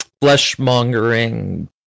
flesh-mongering